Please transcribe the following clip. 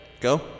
Go